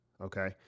okay